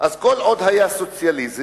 כל עוד היה סוציאליזם,